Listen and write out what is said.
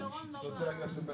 עד 120. הוא יכול לקבל אותו לתמיד.